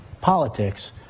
politics